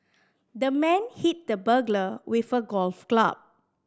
the man hit the burglar with a golf club